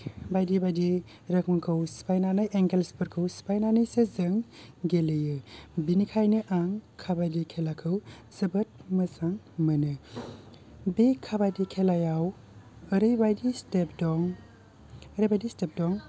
बायदि बायदि रोखोमखौ सिफायनानै एंगेलफोरखौ सिफायनानैसो जों गेलेयो बिनिखायनो आं काबादि खेलाखौ जोबोद मोजां मोनो बे काबादि खेलायाव ओरैबायदि स्टेप दं ओरैबायदि स्टेप दं